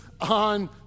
on